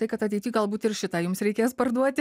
tai kad ateity galbūt ir šitą jums reikės parduoti